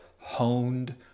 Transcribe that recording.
honed